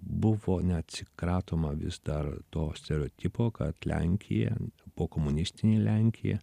buvo neatsikratoma vis dar to stereotipo kad lenkija pokomunistinė lenkija